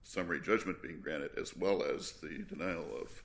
summary judgment being granted as well as the denial of